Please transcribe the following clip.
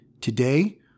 Today